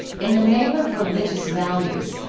in the name of religious values,